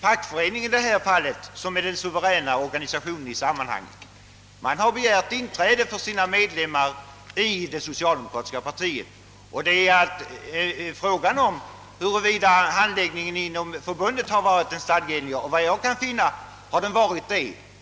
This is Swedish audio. Fackföreningen är 1 detta fall en suverän organisation, och den har begärt inträde i det socialdemokratiska partiet för sina medlemmar. Fråga uppstår då, huruvida handläggningen av ärendet inom fackförbundet varit den stadgeenliga. Enligt vad jag har kunnat finna har den varit det.